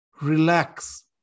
relax